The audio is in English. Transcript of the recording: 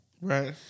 Right